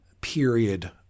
period